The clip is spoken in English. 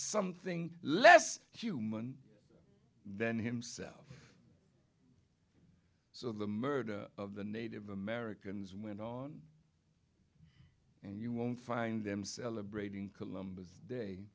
something less human than himself so the murder of the native americans went on and you won't find them celebrating columbus day